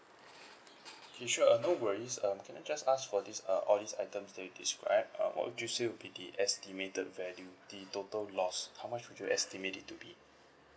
okay sure uh no worries um can I just ask for these uh all these items that you describe uh what would you say will be the estimated value the total loss how much would you estimate it to be